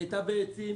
היא הייתה בעצים,